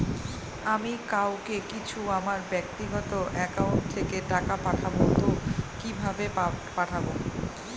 আমি কাউকে কিছু আমার ব্যাক্তিগত একাউন্ট থেকে টাকা পাঠাবো তো কিভাবে পাঠাবো?